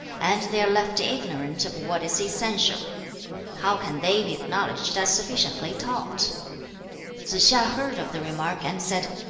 and they are left ignorant of what is essential how can they be acknowledged as sufficiently taught two. tsze-hsia heard of the remark and said,